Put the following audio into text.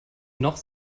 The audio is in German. noch